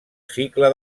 cicle